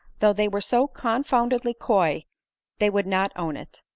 though they were so confoundedly coy they would not own it.